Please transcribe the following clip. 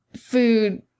food